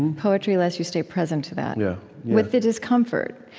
and poetry lets you stay present to that yeah with the discomfort,